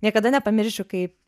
niekada nepamiršiu kaip